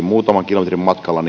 muutaman kilometrin matkalla